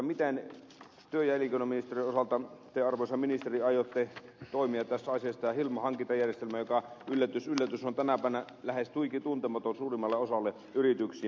miten työ ja elinkeinoministeriön osalta te arvoisa ministeri aiotte toimia tässä asiassa kun tämä hilma hankintajärjestelmä yllätys yllätys on tänä päivänä lähes tuikituntematon suurimmalle osalle yrityksiä